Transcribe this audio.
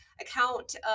account